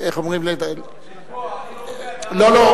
לקבוע, לא, לא.